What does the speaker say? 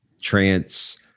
trance